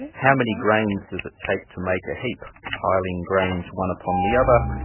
how many grains does it take to make a heap? piling grains one upon the other,